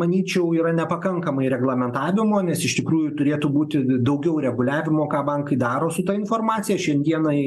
manyčiau yra nepakankamai reglamentavimo nes iš tikrųjų turėtų būti daugiau reguliavimo ką bankai daro su ta informacija šiandienai